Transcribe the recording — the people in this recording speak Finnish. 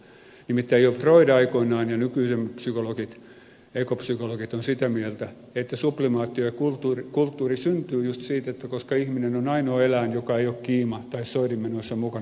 nimittäin jo freud aikoinaan ja nykyiset psykologit egopsykologit ovat sitä mieltä että sublimaatio ja kulttuuri syntyvät juuri siitä että ihminen on ainoa eläin joka ei ole kiima tai soidinmenoissa mukana